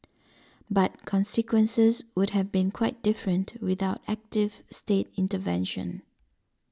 but consequences would have been quite different without active state intervention